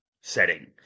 setting